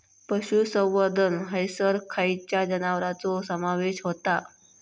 पशुसंवर्धन हैसर खैयच्या जनावरांचो समावेश व्हता?